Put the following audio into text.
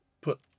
put